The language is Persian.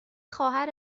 خواهر